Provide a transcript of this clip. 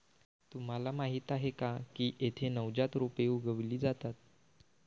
तुम्हाला माहीत आहे का की येथे नवजात रोपे उगवली जातात